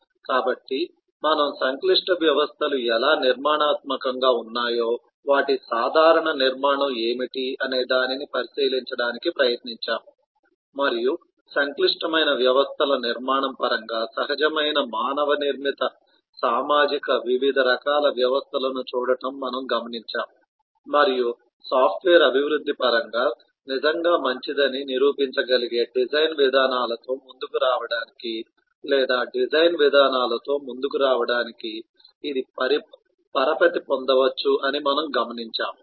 కాబట్టి మనము సంక్లిష్ట వ్యవస్థలు ఎలా నిర్మాణాత్మకంగా ఉన్నాయో వాటి సాధారణ నిర్మాణం ఏమిటి అనేదానిని పరిశీలించడానికి ప్రయత్నించాము మరియు సంక్లిష్టమైన వ్యవస్థల నిర్మాణం పరంగా సహజమైన మానవ నిర్మిత సామాజిక వివిధ రకాల వ్యవస్థలను చూడటం మనము గమనించాము మరియు సాఫ్ట్వేర్ అభివృద్ధి పరంగా నిజంగా మంచిదని నిరూపించగలిగే డిజైన్ విధానాలతో ముందుకు రావడానికి లేదా డిజైన్ విధానాలతో ముందుకు రావడానికి ఇది పరపతి పొందవచ్చు అని మనము గమనించాము